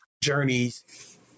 journeys